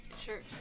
Sure